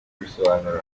abisobanura